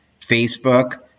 Facebook